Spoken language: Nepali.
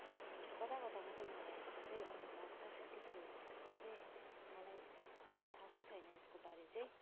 कता कता मात्र मलाई चाहिँ अनुभव छ त्यत्ति साह्रो चाहिँ मलाई थाह चाहिँ छैन यसको बारे चाहिँ